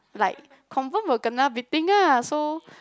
like confirm will kena beating lah so